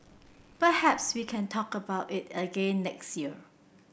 perhaps we can talk about it again next year